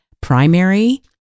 Primary